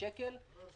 ראש העין,